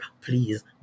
please